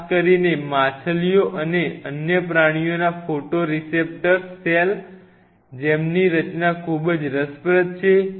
ખાસ કરીને માછલીઓ અને અન્ય પ્રાણીઓના ફોટોરેસેપ્ટર્સ સેલ જેમની રચના ખૂબ જ રસપ્રદ છે